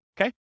Okay